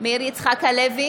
מאיר יצחק הלוי,